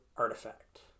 artifact